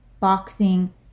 boxing